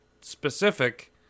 specific